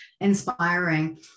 inspiring